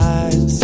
eyes